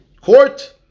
court